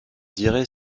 direz